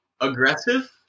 aggressive